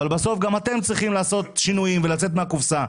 אבל בסוף גם אתם צריכים לעשות שינויים ולצאת מהקופסה.